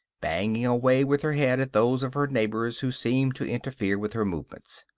banging away with her head at those of her neighbors who seem to interfere with her movements.